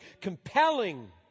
compelling